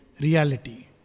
reality